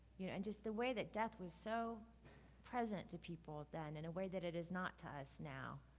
you know and just the way that death was so present to people then in a way that it is not to us now.